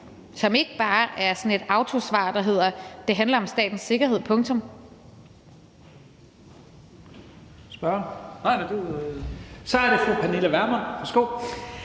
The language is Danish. som ikke bare er sådan et autosvar, der hedder: Det handler om statens sikkerhed